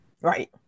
Right